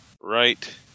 right